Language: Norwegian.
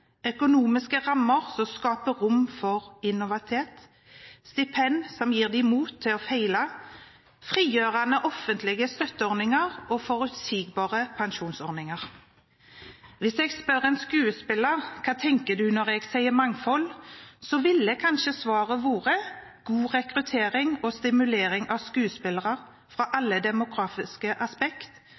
økonomiske rammer som skaper rom for innovasjon, stipend som gir danserne mot til å feile, frigjørende offentlige støtteordninger og forutsigbare pensjonsordninger. Hvis jeg spør en skuespiller hva hun tenker når jeg sier mangfold, ville kanskje svaret være god rekruttering og stimulering av skuespillere fra alle demografiske aspekt,